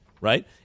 right